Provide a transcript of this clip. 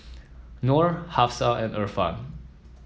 Nor Hafsa and Irfan